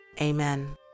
Amen